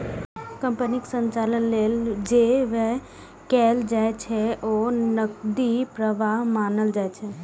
कंपनीक संचालन लेल जे व्यय कैल जाइ छै, ओ नकदी प्रवाह मानल जाइ छै